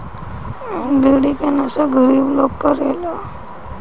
बीड़ी के नशा गरीब लोग करेला